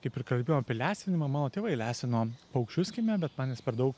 kaip ir kalbėjau apie lesinimą mano tėvai lesino paukščius kieme bet manęs per daug